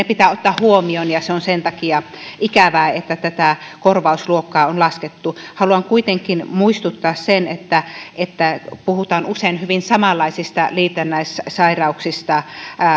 pitää ottaa huomioon ja on sen takia ikävää että tätä korvausluokkaa on laskettu haluan kuitenkin muistuttaa että että puhutaan usein hyvin samanlaisista liitännäissairauksista